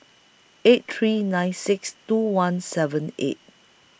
eight three nine six two one seven eight